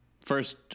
first